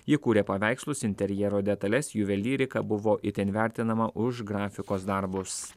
ji kūrė paveikslus interjero detales juvelyriką buvo itin vertinama už grafikos darbus